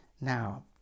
now